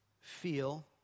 feel